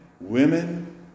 women